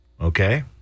Okay